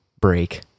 break